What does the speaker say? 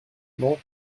non